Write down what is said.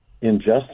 injustice